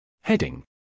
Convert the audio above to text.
Heading